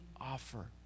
offer